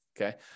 okay